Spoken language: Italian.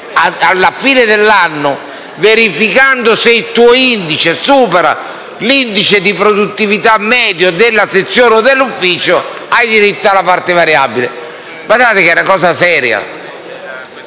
alla fine dell'anno, se il tuo indice supera l'indice di produttività medio della sezione o dell'ufficio, hai diritto alla parte variabile. Guardate che è una cosa seria.